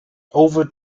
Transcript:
over